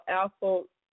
alpha